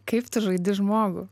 kaip tu žaidi žmogų